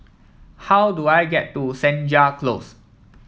how do I get to Senja Close